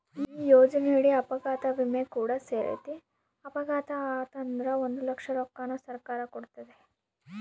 ಈ ಯೋಜನೆಯಡಿ ಅಪಘಾತ ವಿಮೆ ಕೂಡ ಸೇರೆತೆ, ಅಪಘಾತೆ ಆತಂದ್ರ ಒಂದು ಲಕ್ಷ ರೊಕ್ಕನ ಸರ್ಕಾರ ಕೊಡ್ತತೆ